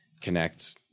connect